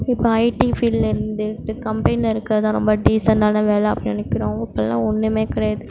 இப்போது ஐடி பீல்டில் இருந்து இப்போ கம்பனியில் இருக்கிறதுதான் ரொம்ப டீசெண்டான வேலை அப்படின்னு நினைக்கிறோம் அப்படிலாம் ஒன்றுமே கிடையாது